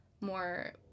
more